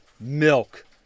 milk